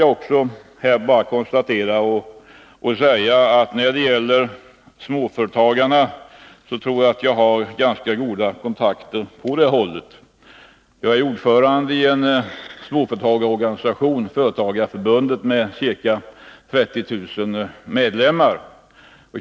Jag vill bara konstatera att när det gäller småföretagarna tror jag att jag har ganska goda kontakter med dessa. Jag är ordförande i en småföretagarorganisation — Företagarförbundet — med ca 30 000 medlemmar.